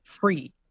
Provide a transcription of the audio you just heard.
free